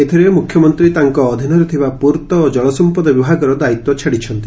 ଏଥିରେ ମୁଖ୍ୟମନ୍ତୀ ତାଙ୍କ ଅଧୀନରେ ଥିବା ପୂର୍ଭ ଓ କଳସମ୍ମଦ ବିଭାଗର ଦାୟିତ୍ ଛାଡ଼ିଛନ୍ତି